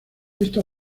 esta